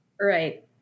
right